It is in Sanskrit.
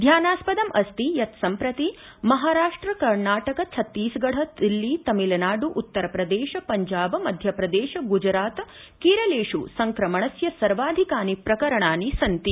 ध्यानास्पदम् अस्ति यत् सम्प्रति महाराष्ट्र कर्णाटक छत्तीसगढ दिल्ली तमिलनाडु उत्तरप्रदेश पंजाब मध्यप्रदेश गुजरात केरलेष् संक्रमणस्य सर्वाधिकानि प्रकरणानि सन्ति